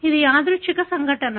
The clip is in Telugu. ఇది యాదృచ్ఛిక సంఘటన